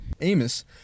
Amos